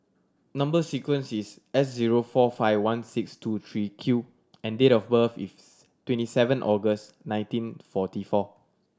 number sequence is S zero four five tone six two three Q and date of birth is twenty seven August nineteen forty four